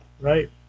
right